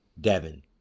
Devin